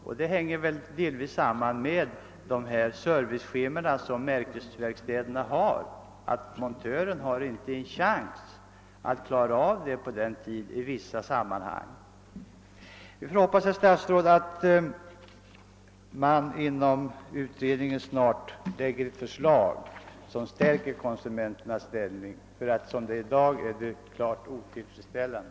Detta sammanhänger väl delvis med märkesverkstädernas servicescheman. Montören har i vissa fall inte möjlighet att inom ramen för normal timlönetid klara av arbetet. Vi får hoppas, herr statsråd, att utredningen snart framlägger förslag för att stärka konsumenternas ställning, ty i dag är läget klart otillfredsställande.